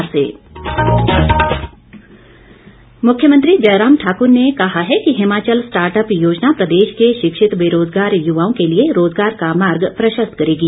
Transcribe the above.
मुख्यमंत्री मुख्यमंत्री जयराम ठाकुर ने कहा है कि हिमाचल स्टार्टअप योजना प्रदेश के शिक्षित बेरोजगार युवाओं के लिए रोजगार का मार्ग प्रशस्त करेगी